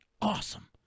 awesome